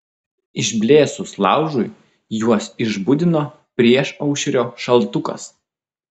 išblėsus laužui juos išbudino priešaušrio šaltukas